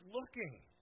looking